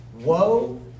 Woe